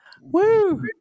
Woo